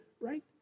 right